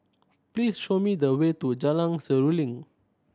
please show me the way to Jalan Seruling